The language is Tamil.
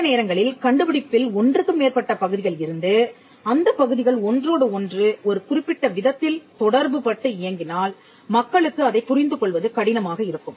சில நேரங்களில் கண்டுபிடிப்பில் ஒன்றுக்கு மேற்பட்ட பகுதிகள் இருந்து அந்தப் பகுதிகள் ஒன்றோடு ஒன்று ஒரு குறிப்பிட்ட விதத்தில் தொடர்புபட்டு இயங்கினால் மக்களுக்கு அதைப் புரிந்து கொள்வது கடினமாக இருக்கும்